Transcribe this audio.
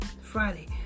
Friday